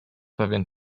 pewien